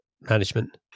management